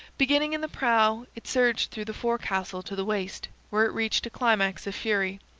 beginning in the prow, it surged through the forecastle to the waist, where it reached a climax of fury.